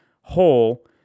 hole